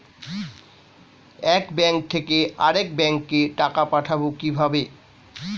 এক ব্যাংক থেকে আরেক ব্যাংকে টাকা পাঠাবো কিভাবে?